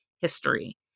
history